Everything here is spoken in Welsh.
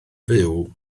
fyw